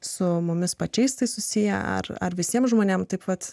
su mumis pačiais tai susiję ar ar visiems žmonėms taip vat